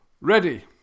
Ready